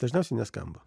dažniausiai neskamba